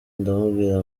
ndamubwira